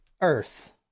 earth